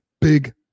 big